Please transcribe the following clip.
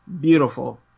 beautiful